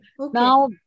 now